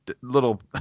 little